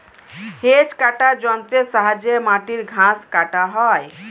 hedge cutter যন্ত্রের সাহায্যে মাটির ঘাস কাটা হয়